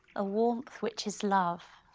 a warmth which is love,